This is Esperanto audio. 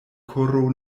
koro